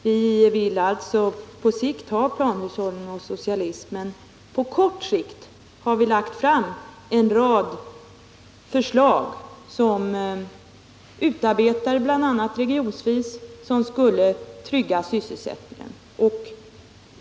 Vi vill alltså på sikt ha planhushållning och socialism, men på kort sikt har vi lagt fram en rad förslag som regionvis skulle trygga sysselsättningen.